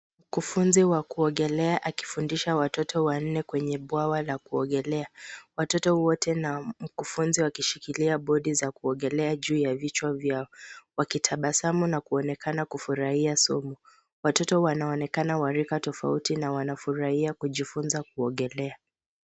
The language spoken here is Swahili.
Mkufunzi wa kuogelea akifundisha watoto wanne kwenye bwawa la kuogelea. Watoto wote na mkufunzi wakishikilia bodi za kuogelea juu ya vichwa vyao, wakitabasamu na kuonekana kufurahia somo. Watoto wanaonekana wa rika tofauti na wanafurahia kujifunza kuogelea.